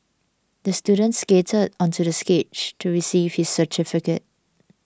the student skated onto the stage to receive his certificate